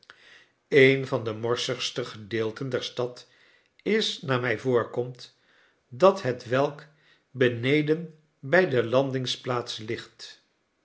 een van de morsigste gedeelten der stad is naar mij voorkomt dat hetwelk beneden by de landingsplaats ligt